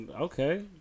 Okay